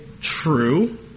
true